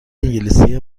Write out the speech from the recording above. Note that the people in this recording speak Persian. انگلیسی